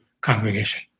congregation